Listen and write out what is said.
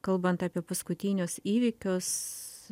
kalbant apie paskutinius įvykius